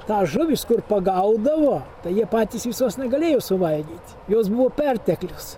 tą žuvys kur pagaudavo tai jie patys visos negalėjo suvalgyt jos buvo perteklius